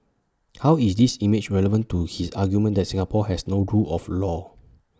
how is this image relevant to his argument that Singapore has no rule of law